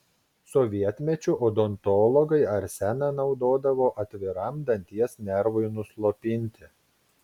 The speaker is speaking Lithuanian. sovietmečiu odontologai arseną naudodavo atviram danties nervui nuslopinti